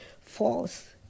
false